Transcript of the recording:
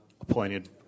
appointed